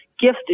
gifted